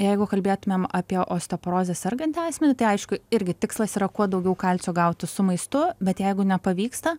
jeigu kalbėtumėm apie osteoporozę sergantį asmenį tai aišku irgi tikslas yra kuo daugiau kalcio gauti su maistu bet jeigu nepavyksta